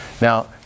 Now